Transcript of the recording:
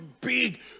big